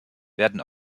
werden